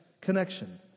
connection